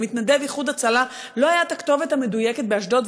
"איחוד הצלה" לא הייתה הכתובת המדויקת באשדוד,